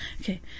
Okay